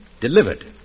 delivered